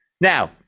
Now